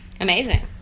Amazing